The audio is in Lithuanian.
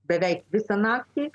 beveik visą naktį